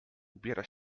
ubiera